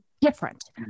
different